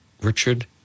Richard